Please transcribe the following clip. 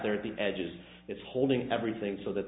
there at the edges it's holding everything so that